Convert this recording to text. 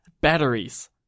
batteries